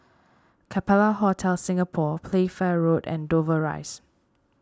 Capella Hotel Singapore Playfair Road and Dover Rise